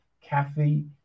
Kathy